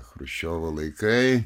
chruščiovo laikai